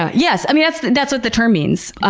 yes. i mean, that's that's what the term means.